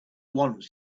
once